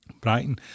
Brighton